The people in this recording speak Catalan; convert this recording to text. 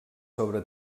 sobre